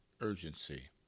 urgency